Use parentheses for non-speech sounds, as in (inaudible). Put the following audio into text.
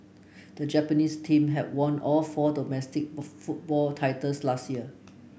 the Japanese team had won all four domestic (unintelligible) football titles last year